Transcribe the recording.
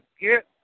get